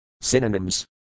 Synonyms